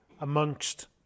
amongst